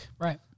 Right